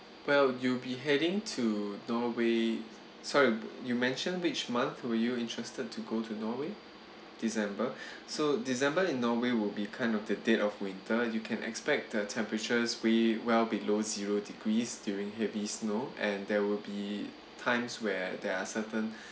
well you'll be heading to norway sorry you mentioned which month were you interested to go to norway december so december in norway will be kind of the day of winter you can expect the temperatures we well below zero degrees during heavy snow and there will be times where there are certain